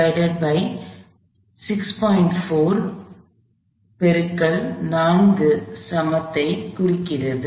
4 பெருக்கல் 4 சமத்தை குறிக்கிறது